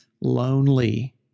lonely